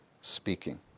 speaking